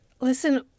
Listen